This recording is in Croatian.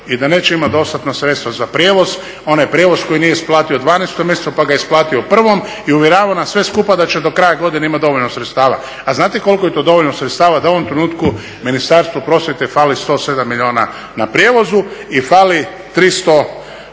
i da neće imati dostatna sredstva za prijevoz, onaj prijevoz koji nije isplatio u 12 mjesecu pa ga je isplatio u prvom i uvjeravao je nas sve skupa da će do kraja godine imati dovoljno sredstava. A znate koliko je to dovoljno sredstava da u ovom trenutku Ministarstvu prosvjete fali 107 milijuna na prijevozu i fali 340 milijuna